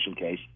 case